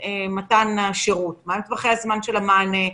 מתן השירות - מה הם טווחי הזמן של המענה,